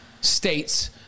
states